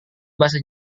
bahasa